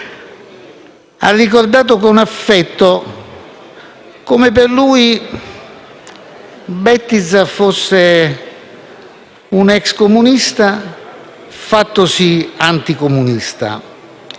ha ricordato con affetto come per lui Bettiza fosse un ex comunista fattosi anticomunista,